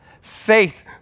Faith